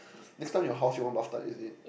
next time your house you want bath tub is it